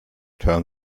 turn